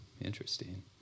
interesting